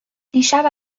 دیشب